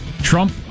Trump